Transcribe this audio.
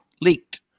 leaked